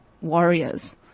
Warriors